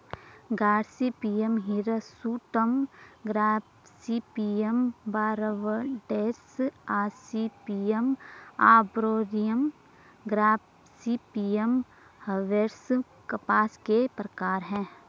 Gossypium hirsutum, Gossypium barbadense, Gossypium arboreum, Gossypium herbaceum कपास के प्रकार है